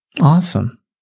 awesome